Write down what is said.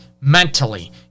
mentally